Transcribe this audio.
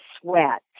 sweat